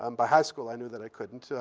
um by high school, i knew that i couldn't.